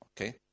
Okay